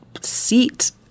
seat